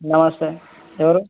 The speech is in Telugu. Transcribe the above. నమస్తే ఎవరు